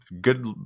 good